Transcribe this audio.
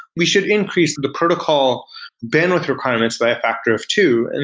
we should increase the protocol bandwidth requirements by a factor of two, and